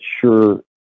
sure